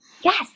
yes